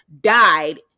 died